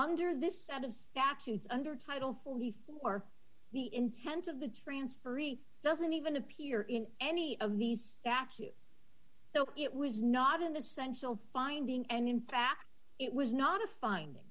under this set of statutes under title forty four the intent of the transfer doesn't even appear in any of these statutes so it was not in the sensual finding and in fact it was not a finding